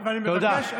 תודה.